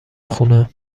خونه